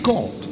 God